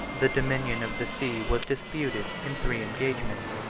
the dominion of the sea was disputed in three engagements,